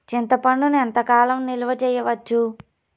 చింతపండును ఎంత కాలం నిలువ చేయవచ్చు?